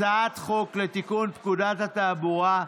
הצעת חוק לתיקון פקודת התעבורה.